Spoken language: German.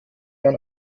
man